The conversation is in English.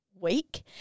week